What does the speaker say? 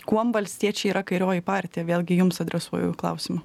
kuom valstiečiai yra kairioji partija vėlgi jums adresuoju klausimą